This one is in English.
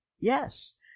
Yes